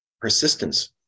Persistence